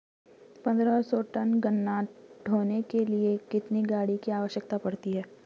पन्द्रह सौ टन गन्ना ढोने के लिए कितनी गाड़ी की आवश्यकता पड़ती है?